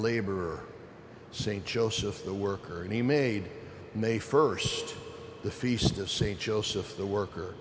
laborer st joseph the worker and he made may st the feast of st joseph the worker